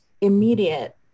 immediate